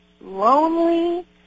lonely